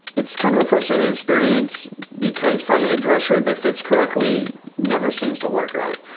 it's kind of a frustrating experience, because finding a dress shirt that fits correctly never seems to work right.